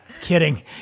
Kidding